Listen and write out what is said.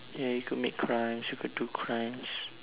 ya you could make crimes you could do crimes